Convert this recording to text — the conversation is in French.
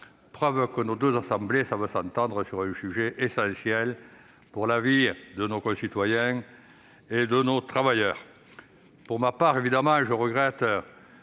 preuve que nos deux assemblées savent s'entendre sur un sujet essentiel pour la vie de nos concitoyens et de nos travailleurs. Pour ma part, je regrette